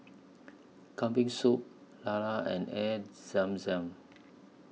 Kambing Soup Lala and Air Zam Zam